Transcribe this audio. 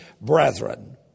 brethren